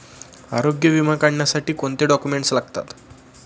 आरोग्य विमा काढण्यासाठी कोणते डॉक्युमेंट्स लागतात?